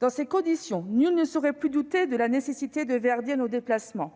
Dans ces conditions, nul ne saurait plus douter de la nécessité de verdir nos déplacements.